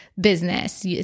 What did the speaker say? business